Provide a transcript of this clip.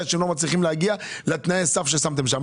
שלא מצליחים להגיע לתנאי הסף ששמתם שם.